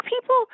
people